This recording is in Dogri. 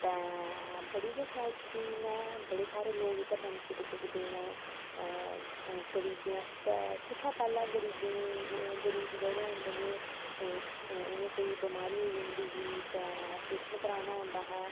ते बड़ी गै शैल स्कीम ऐ बड़े सारे लोग एह्दा बेनीफिट चुक्कदे न गरीबें आस्तै कुत्थें पैह्लें गरीबें ई गरीब जेह्ड़े होंदे हे ते कोई बमारी होई जंदी ही ते प्रेशन कराना होंदा हा